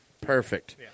Perfect